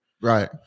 right